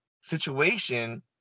situation